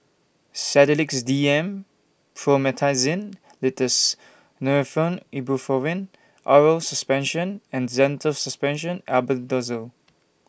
Sedilix D M Promethazine Linctus Nurofen Ibuprofen Oral Suspension and Zental Suspension Albendazole